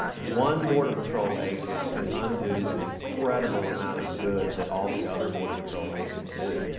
one border patrol agent can undo an incredible amount of good that all the other border patrol agents do.